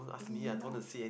Innok